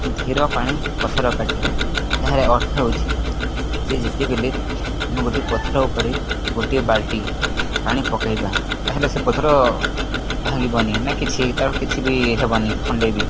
ଧୀର ପାଣି ପଥର କାଟେ ଏହାର ଅର୍ଥ ହେଉଛି ଯେ ଯେତେବେଲେ ଆମେ ଗୋଟିଏ ପଥର ଉପରେ ଗୋଟିଏ ବାଲ୍ଟି ପାଣି ପକେଇବା ତାହେଲେ ସେ ପଥର ଭାଙ୍ଗିବନି ନା କିଛି ତା'ର କିଛି ବି ହେବନି ଖଣ୍ଡେ ବି